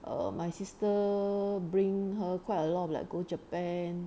err my sister bring her quite a lot like go japan